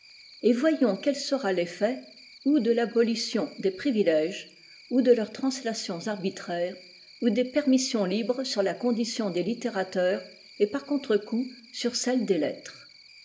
et voyons quel sera l'effet ou de l'abolition des privilèges ou de leurs translations arbitraires ou des permissions libres sur la condition des littérateurs et par contrecoup sur celle des lettres